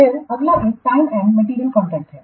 फिर अगला एक टाइम एंड मैटेरियलकॉन्ट्रैक्ट है